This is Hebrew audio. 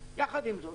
יחד עם זאת,